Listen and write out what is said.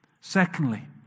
Secondly